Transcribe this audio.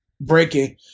breaking